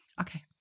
Okay